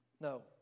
No